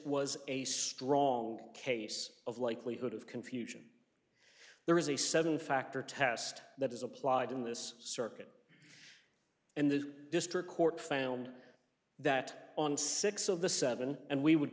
was a strong case of likelihood of confusion there was a seven factor test that is applied in this circuit and the district court found that on six of the seven and we would